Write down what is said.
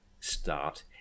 start